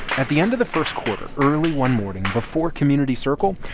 at the end of the first quarter, early one morning before community circle,